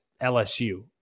LSU